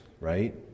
right